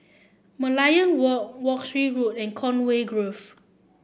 Merlion Walk Wolskel Road and Conway Grove